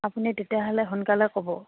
আপুনি তেতিয়াহ'লে সোনকালে ক'ব